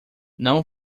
não